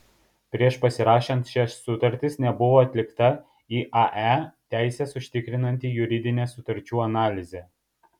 prieš pasirašant šias sutartis nebuvo atlikta iae teises užtikrinanti juridinė sutarčių analizė